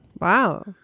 Wow